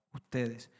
ustedes